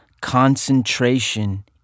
concentration